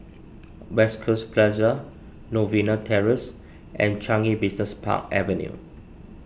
West Coast Plaza Novena Terrace and Changi Business Park Avenue